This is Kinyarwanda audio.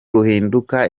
ruhinduka